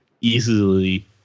easily